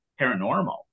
paranormal